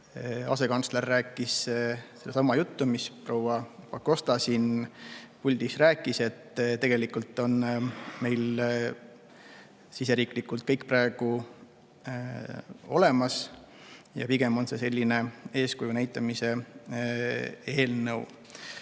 Asekantsler rääkis sedasama juttu, mis proua Pakosta siin puldis rääkis, et tegelikult on meil siseriiklikult kõik praegu olemas ja pigem on see selline eeskuju näitamise eelnõu.